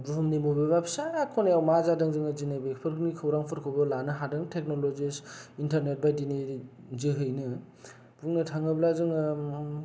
बुहुमनि बबेबा फिसा खनायाव मा जादों जोङो दिनै बेफोरनि खौरां फोरखौबो लानो हादों टेकनल'जिस इनटारनेट बायदिनि जोहैनो बुंनो थाङोब्ला जोङो